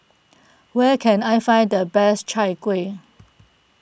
where can I find the best Chai Kueh